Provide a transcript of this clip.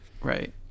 right